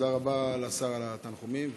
תודה רבה לשר על התיקונים,